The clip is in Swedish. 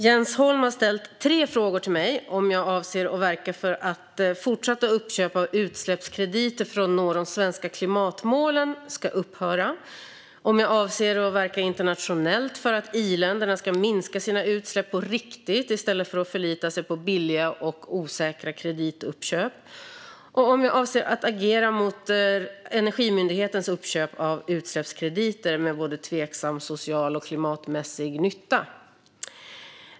Jens Holm har ställt tre frågor till mig: om jag avser att verka för att fortsatta uppköp av utsläppskrediter för att nå de svenska klimatmålen ska upphöra, om jag avser att verka internationellt för att i-länderna ska minska sina utsläpp på riktigt i stället för att förlita sig på billiga och osäkra kredituppköp och om jag avser att agera mot Energimyndighetens uppköp av utsläppskrediter med tveksam social och klimatmässig nytta.